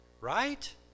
right